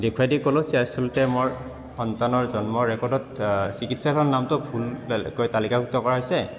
দেখুৱাই দি ক'লোঁ যে আচলতে মোৰ সন্তানৰ জন্মৰ ৰেকৰ্ডত চিকিৎসালয়ৰ নামটো ভুলকৈ তালিকাভুক্ত কৰা হৈছে